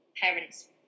parents